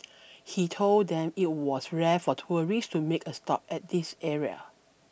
he told them it was rare for tourists to make a stop at this area